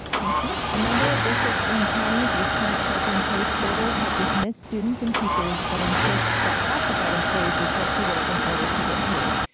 thank you. a number of districts in counties with current shelter in place orders have dismissed students and teachers but insist that classified employees report to work in order to get paid.